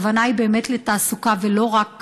הכוונה היא באמת לתעסוקה, ולא רק